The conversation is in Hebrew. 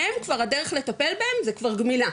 הם כבר הדרך לטפל בהם זה כבר גמילה,